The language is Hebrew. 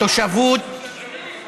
התושבות,